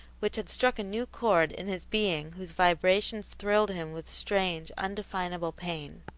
which had struck a new chord in his being whose vibrations thrilled him with strange, undefinable pain.